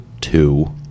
two